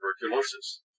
tuberculosis